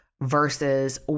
versus